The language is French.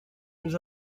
nous